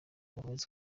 bakomeze